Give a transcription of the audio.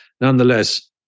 nonetheless